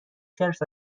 خرس